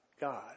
God